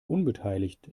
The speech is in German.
unbeteiligt